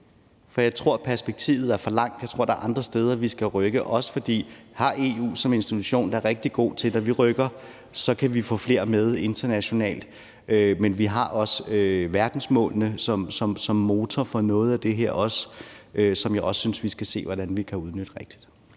for jeg tror, at perspektivet er for langt. Jeg tror, at det er andre steder, vi skal rykke. Og vi har EU som institution, der er rigtig god til det, og når vi rykker, kan vi få flere med internationalt. Men vi har også verdensmålene som motor for noget af det her, og jeg synes, at vi skal se, hvordan vi kan udnytte dem rigtigt.